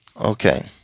Okay